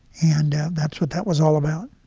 and that's what that was all about